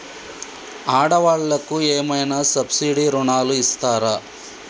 ఆడ వాళ్ళకు ఏమైనా సబ్సిడీ రుణాలు ఇస్తారా?